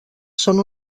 són